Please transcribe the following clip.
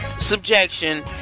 Subjection